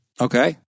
Okay